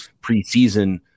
preseason